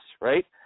right